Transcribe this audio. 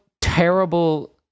terrible